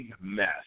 mess